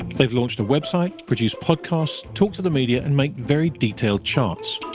they've launched a website, produce podcasts, talked to the media, and make very detailed charts,